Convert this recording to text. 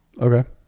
Okay